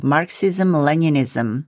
Marxism-Leninism